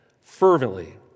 fervently